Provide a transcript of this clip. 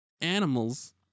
animals